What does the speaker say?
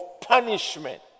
punishment